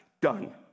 Done